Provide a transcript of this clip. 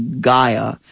Gaia